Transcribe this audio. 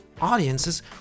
Audiences